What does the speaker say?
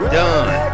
done